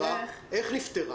איך נפתרה?